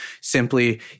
simply